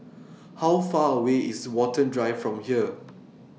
How Far away IS Watten Drive from here